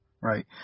Right